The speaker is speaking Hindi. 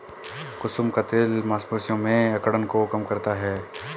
कुसुम का तेल मांसपेशियों में अकड़न को कम करता है